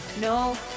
No